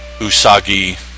Usagi